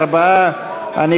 34 נגד.